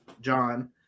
John